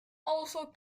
also